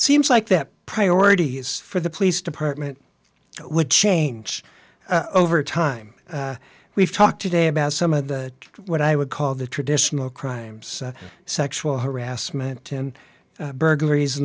it seems like that priority is for the police department would change over time we've talked today about some of the what i would call the traditional crimes sexual harassment and burglaries